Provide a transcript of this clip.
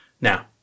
Now